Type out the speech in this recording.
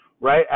Right